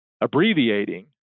abbreviating